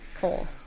Cool